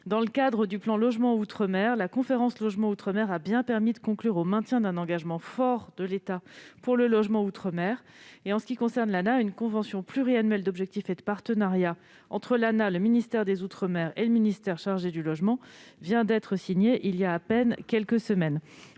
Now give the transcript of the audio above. Dans le cadre du plan logement outre-mer 2019-2022, la conférence du logement en outre-mer a permis de conclure au maintien d'un engagement fort de l'État sur le sujet. En ce qui concerne l'ANAH, une convention pluriannuelle d'objectifs et de partenariat entre l'agence, le ministère des outre-mer et le ministère chargé du logement, a été signée, il y a à peine quelques semaines.